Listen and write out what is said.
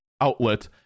outlet